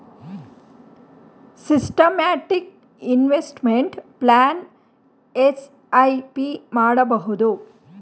systematic investment plan SIP ಮಾಡಿಸಬಹುದು